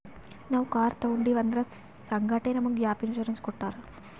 ನಾವ್ ಕಾರ್ ತೊಂಡಿವ್ ಅದುರ್ ಸಂಗಾಟೆ ನಮುಗ್ ಗ್ಯಾಪ್ ಇನ್ಸೂರೆನ್ಸ್ ಕೊಟ್ಟಾರ್